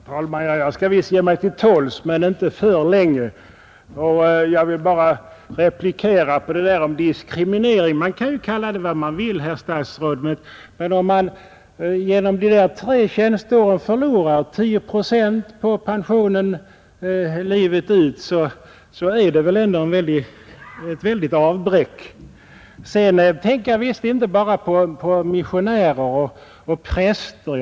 Herr talman! Jag skall visst ge mig till tåls men inte för länge. Jag vill bara replikera statsrådets ord om diskriminering. Man kan ju kalla det vad man vill, herr statsråd, men om man genom tre icke godkända tjänsteår förlorar 10 procent av pensionen livet ut, så är det väl ändå ett väldigt avbräck. Sedan tänker jag visst inte bara på missionärer och präster.